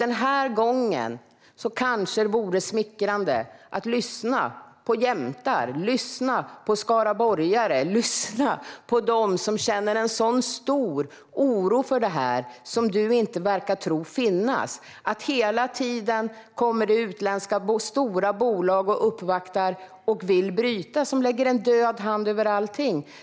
Den här gången vore det kanske smickrande att lyssna på jämtar och skaraborgare, på dem som känner en stor oro för det här. Den oron verkar du inte tro på. Det kommer hela tiden stora utländska bolag som uppvaktar och vill bryta. Det lägger en död hand över allting.